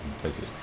places